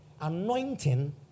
anointing